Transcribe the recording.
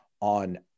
on